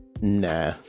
nah